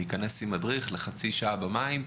להיכנס עם מדריך לחצי שעה למים.